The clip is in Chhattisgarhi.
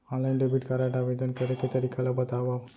ऑनलाइन डेबिट कारड आवेदन करे के तरीका ल बतावव?